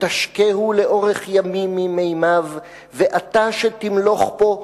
ותשקהו לאורך ימים ממימיו./ ואתה שתמלוך פה,